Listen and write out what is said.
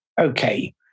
Okay